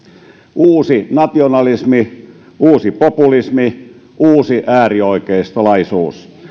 uusi nationalismi uusi populismi uusi äärioikeistolaisuus